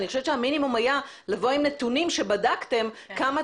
אני חושבת שהמינימום היה לבוא עם נתונים שבדקתם כמה